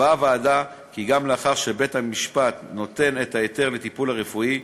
הוועדה קבעה כי גם לאחר שבית-המשפט נותן את ההיתר לטיפול הרפואי,